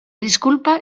disculpa